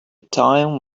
time